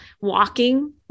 walking